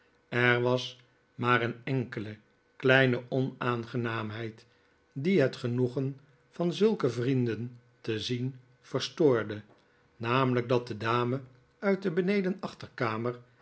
er was maar een enkele kleine onaangenaamheid die het genoegen van zulke vrienden te zien verstoorde namelijk dat de dame uit de